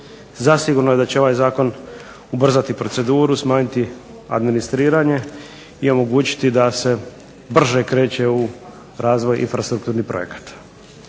Zasigurno je da će ovaj zakon ubrzati proceduru, smanjiti administriranje, i omogućiti da se brže kreće u razvoj infrastrukturnih projekata.